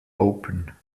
open